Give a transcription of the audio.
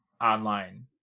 online